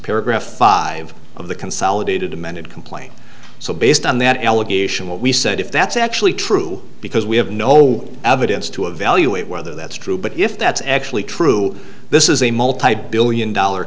paragraph five of the consolidated amended complaint so based on that allegation what we said if that's actually true because we have no evidence to evaluate whether that's true but if that's actually true this is a multibillion dollar